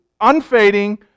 unfading